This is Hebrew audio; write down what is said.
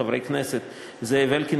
חברי הכנסת זאב אלקין,